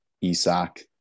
Isak